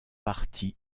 parti